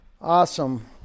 Awesome